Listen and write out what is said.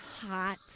hot